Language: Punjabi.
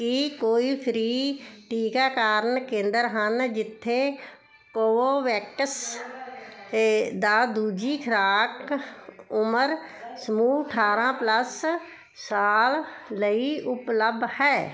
ਕੀ ਕੋਈ ਫ੍ਰੀ ਟੀਕਾਕਰਨ ਕੇਂਦਰ ਹਨ ਜਿੱਥੇ ਕੋਵੋਵੈਕਸ ਦੂਜੀ ਖੁਰਾਕ ਉਮਰ ਸਮੂਹ ਅਠਾਰਾ ਪਲੱਸ ਸਾਲ ਲਈ ਉਪਲਬਧ ਹੈ